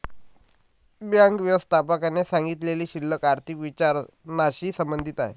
bank व्यवस्थापकाने सांगितलेली शिल्लक आर्थिक विवरणाशी संबंधित आहे